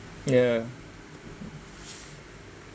ya